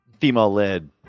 female-led